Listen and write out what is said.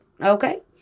okay